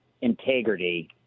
integrity